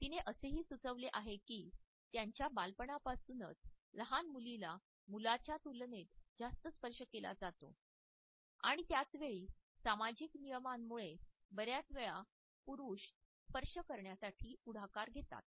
तिने असेही सुचवले आहे की त्यांच्या बालपणापासूनच लहान मुलीला मुलाच्या तुलनेत जास्त स्पर्श केला जातो आणि त्याच वेळी सामाजिक नियमांमुळे बऱ्याचवेळा पुरुष स्पर्श करण्यासाठी पुढाकार घेतात